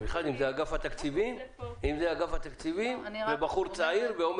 במיוחד אם זה אגף התקציבים ובחור צעיר ואומר תקציב.